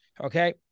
Okay